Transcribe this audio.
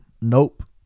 Nope